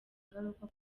ingaruka